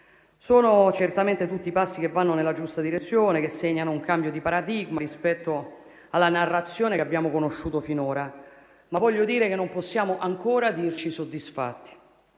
Sono certamente tutti passi che vanno nella giusta direzione e che segnano un cambio di paradigma rispetto alla narrazione che abbiamo conosciuto finora, ma voglio dire che non possiamo ancora dirci soddisfatti.